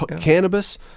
Cannabis